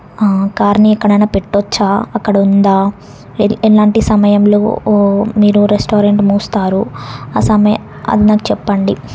కార్ని ఎక్కడైనా పెట్టవచ్చా అక్కడ ఉందా ఏ ఎలాంటి సమయంలో ఓ ఓ మీరు రెస్టారెంట్ మూస్తారు ఆ సమయం అది మాకు చెప్పండి